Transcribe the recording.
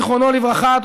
זיכרונו לברכה,